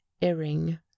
earring